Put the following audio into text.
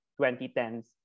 2010s